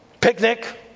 picnic